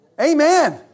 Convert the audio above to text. Amen